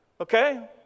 Okay